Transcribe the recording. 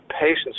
patients